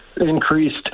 Increased